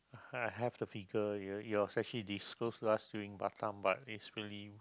I have the figure it was actually disclosed to us during Batam but it's really